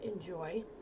enjoy